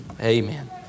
Amen